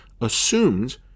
assumed